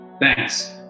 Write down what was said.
thanks